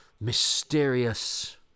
mysterious